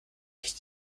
ich